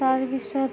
তাৰপিছত